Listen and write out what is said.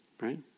Right